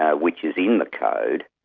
ah which is in the code,